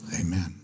Amen